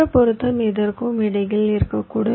மற்ற பொருத்தம் இதற்கும் இடையில் இருக்கக்கூடும்